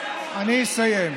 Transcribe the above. אני אסיים.